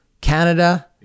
Canada